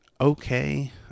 okay